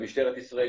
במשטרת ישראל,